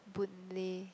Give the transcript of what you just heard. Boon-Lay